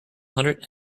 hundred